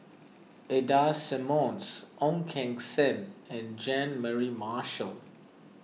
Ida Simmons Ong Keng Sen and Jean Mary Marshall